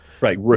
Right